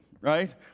right